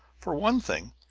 for one thing,